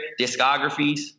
discographies